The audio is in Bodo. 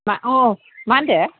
मा औ मा होन्दों